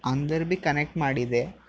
ಅಂದರೆ ಭೀ ಕನೆಕ್ಟ್ ಮಾಡಿದೆ